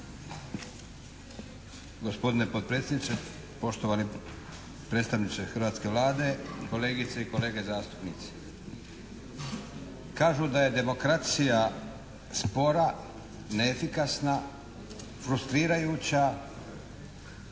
Gospodine potpredsjedniče, poštovani predstavniče hrvatske Vlade, kolegice i kolege zastupnici. Kažu da je demokracija spora, neefikasna, frustrirajuća,